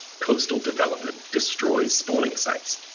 coastal development destroy spawning sites,